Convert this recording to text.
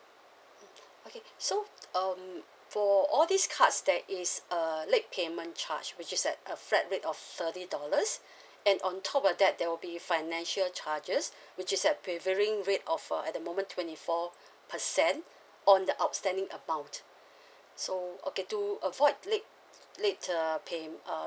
mm okay so um for all these cards that is err late payment charge which is like a flat rate of thirty dollars and on top of that there will be financial charges which is at preferring rate of uh at the moment twenty four percent on the outstanding amount so okay to avoid late late uh pay um